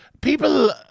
People